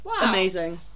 Amazing